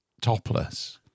topless